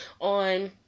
on